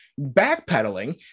backpedaling